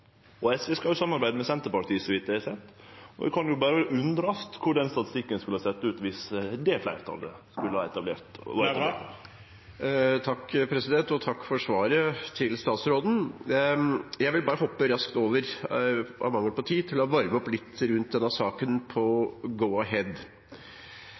bilavgiftspolitikken. SV skal jo samarbeide med Senterpartiet, så vidt eg ser, og ein kan jo berre undrast korleis den statistikken skulle ha sett ut viss det fleirtalet hadde vorte etablert. Takk for svaret til statsråden. Av mangel på tid vil jeg bare hoppe raskt over til å varme opp litt rundt